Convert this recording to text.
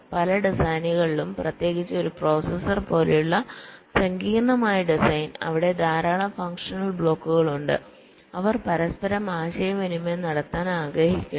പല ഡിസൈനുകളിലും പ്രത്യേകിച്ച് ഒരു പ്രോസസർ പോലുള്ള സങ്കീർണ്ണമായ ഡിസൈൻ അവിടെ ധാരാളം ഫങ്ഷണൽ ബ്ലോക്കുകൾ ഉണ്ട് അവർ പരസ്പരം ആശയവിനിമയം നടത്താൻ ആഗ്രഹിക്കുന്നു